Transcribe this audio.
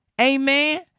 Amen